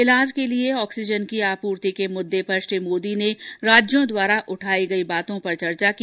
इलाज के लिए ऑक्सीजन की आपूर्ति के मुद्दे पर श्री मोदी ने राज्यों द्वारा उठाई गई बातों पर चर्चा की